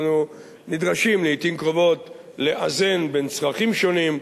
אנחנו נדרשים לעתים קרובות לאזן בין צרכים שונים,